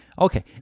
okay